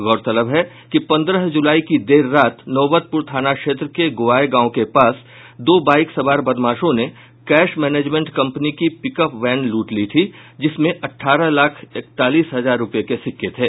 गौरतलब है कि पंद्रह जुलाई की देर रात नौबतपुर थाना क्षेत्र के गोआए गांव के पास दो बाइक सवार बदमाशों ने कैश मैनेजमेंट कंपनी की पिकअप वैन लूट ली थी जिसमें अठारह लाख इकतालीस हजार रुपये के सिक्के थे